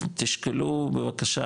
תשקלו בבקשה,